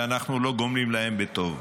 ואנחנו לא גומלים להם בטוב.